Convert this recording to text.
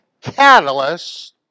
catalyst